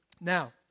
Now